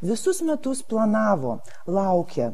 visus metus planavo laukė